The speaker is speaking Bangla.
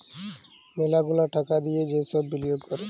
ম্যালা গুলা টাকা দিয়ে যে সব বিলিয়গ ক্যরে